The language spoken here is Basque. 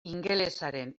ingelesaren